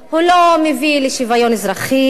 הוא לא מביא לשוויון אזרחי.